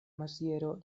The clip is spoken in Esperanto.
maziero